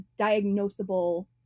diagnosable